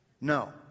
No